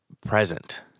present